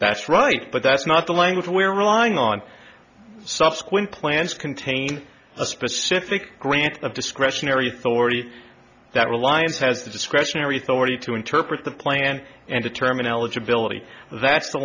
that's right but that's not the language we're relying on subsequent plans contain a specific grant of discretionary authority that reliance has the discretionary authority to interpret the plan and determine eligibility that's the